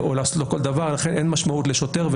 לכן אין משמעות לשוטר.